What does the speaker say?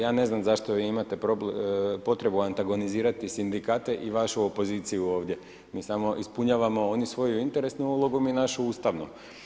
Ja ne znam, zašto vi imate potrebu antagonizirati sindikate i vašu opoziciju ovdje, mi samo ispunjavamo, oni svoju interesnom odlukom, mi našu ustavno.